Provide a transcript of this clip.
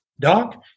Doc